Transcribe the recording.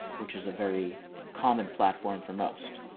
which is a very common platform for most.